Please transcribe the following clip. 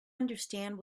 understand